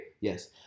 Yes